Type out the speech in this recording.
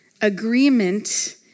Agreement